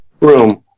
room